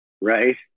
right